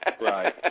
Right